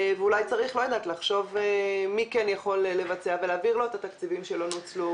ואולי צריך לחשוב מי כן יכול לבצע ולהעביר לו את התקציבים שלא נוצלו.